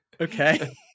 Okay